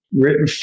written